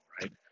right